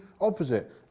opposite